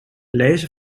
lezer